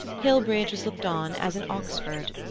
hillbridge was looked on as an oxford.